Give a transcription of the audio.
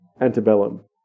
antebellum